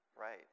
right